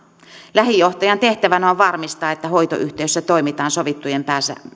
lähijohtajan tehtävänä on varmistaa että hoitoyhteisössä toimitaan sovittujen